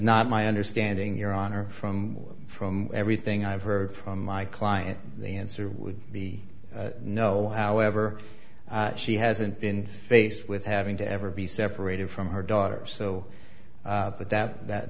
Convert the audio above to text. not my understanding your honor from from everything i've heard from my client the answer would be no however she hasn't been faced with having to ever be separated from her daughter so that was that